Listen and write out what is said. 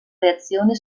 reazione